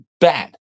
bad